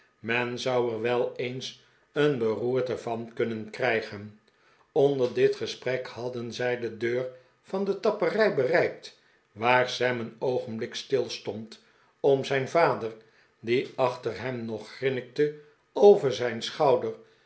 men zou er wel eens een beroerte van kiinnen krijgen onder dit gesprek hadden zij de deur van de tapperij bereikt waar sam een oogenblik stilstond om zijn vader die achter hem nog grinnikte over zijn schouder